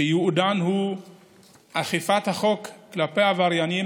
שייעודן הוא אכיפת החוק כלפי עבריינים